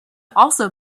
also